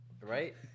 Right